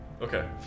Okay